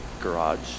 garage